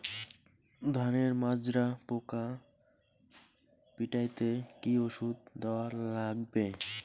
ধানের মাজরা পোকা পিটাইতে কি ওষুধ দেওয়া লাগবে?